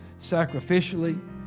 sacrificially